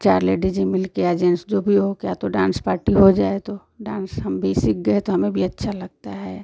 चार लेडीजें मिल कर या जेंस जो भी हो गया तो डांस पार्टी हो जाए तो डांस हम भी सीख गए तो हमें भी अच्छा लगता है